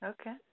Okay